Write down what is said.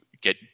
get